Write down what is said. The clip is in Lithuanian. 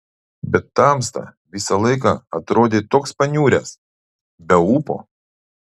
bet tamsta visą laiką atrodei toks paniuręs be ūpo